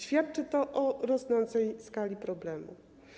Świadczy to o rosnącej skali problemu.